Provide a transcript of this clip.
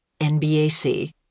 NBAC